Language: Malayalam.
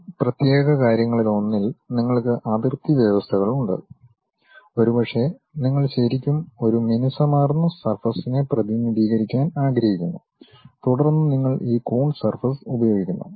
ഈ പ്രത്യേക കാര്യങ്ങളിലൊന്നിൽ നിങ്ങൾക്ക് അതിർത്തി വ്യവസ്ഥകളുണ്ട് ഒരുപക്ഷേ നിങ്ങൾ ശരിക്കും ഒരു മിനുസമാർന്ന സർഫസ്നെ പ്രതിനിധീകരിക്കാൻ ആഗ്രഹിക്കുന്നു തുടർന്ന് നിങ്ങൾ ഈ കൂൺസ് സർഫസ് ഉപയോഗിക്കുന്നു